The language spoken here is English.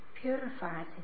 purifies